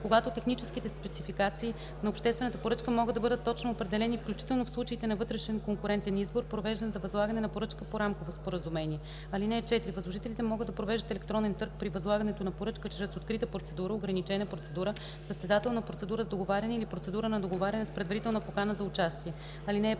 когато техническите спецификации на обществената поръчка могат да бъдат точно определени, включително в случаите на вътрешен конкурентен избор, провеждан за възлагане на поръчка по рамково споразумение. (4) Възложителите могат да провеждат електронен търг при възлагането на поръчка чрез открита процедура, ограничена процедура, състезателна процедура с договаряне или процедура на договаряне с предварителна покана за участие. (5)